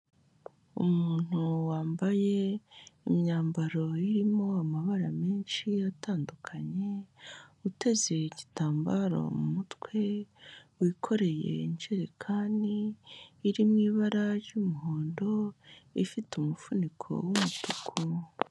Umuntu wambaye imyambaro irimo amabara menshi atandukanye, uteze igitambaro mu mutwe, wikoreye injerekani, iri mu ibara ry'umuhondo, ifite umufuniko w'umutuku.